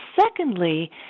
secondly